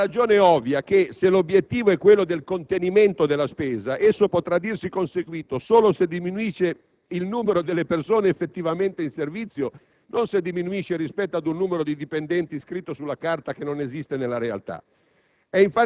per la ragione ovvia che, se l'obiettivo è quello del contenimento della spesa, esso potrà dirsi conseguito solo se diminuisce il numero delle persone effettivamente in servizio, non se diminuisce rispetto ad un numero di dipendenti scritto sulla carta che non esiste nella realtà.